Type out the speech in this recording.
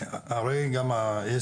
אנחנו הרי גם ביקשנו מכם,